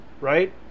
right